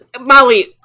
Molly